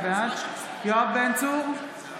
בעד יואב בן צור,